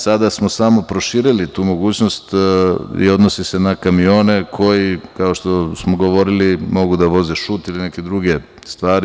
Sada smo samo proširili tu mogućnost i odnosi se na kamione koji, kao što smo govorili, mogu da voze šut ili neke druge stvari.